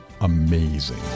amazing